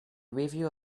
review